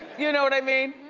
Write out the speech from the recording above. you know what i mean?